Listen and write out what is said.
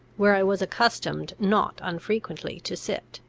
where i was accustomed not unfrequently to sit.